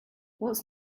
what’s